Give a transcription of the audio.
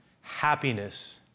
happiness